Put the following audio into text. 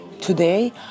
today